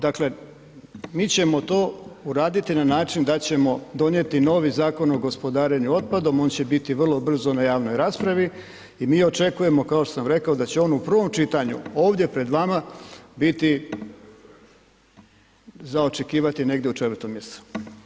Dakle mi ćemo to uraditi na način da ćemo donijeti novi Zakon o gospodarenju otpadom, on će biti vrlo brzo na javnoj raspravi i mi očekujemo kao što sam rekao, da će on u prvom čitanju ovdje pred vama biti za očekivat negdje u 4 mjesecu.